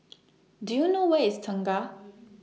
Do YOU know Where IS Tengah